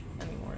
anymore